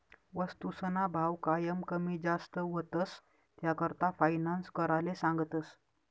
वस्तूसना भाव कायम कमी जास्त व्हतंस, त्याकरता फायनान्स कराले सांगतस